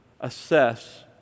assess